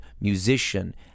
musician